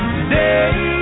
Today